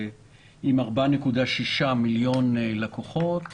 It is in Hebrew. עם 4.6 מיליון לקוחות,